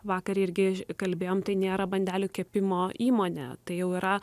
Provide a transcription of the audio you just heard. vakar irgi kalbėjom tai nėra bandelių kepimo įmonė tai jau yra